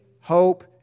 hope